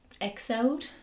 excelled